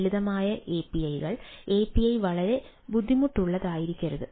ലളിതമായ API കൾ API വളരെ ബുദ്ധിമുട്ടുള്ളതായിരിക്കരുത്